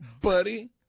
buddy